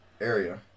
area